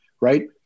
Right